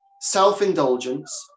self-indulgence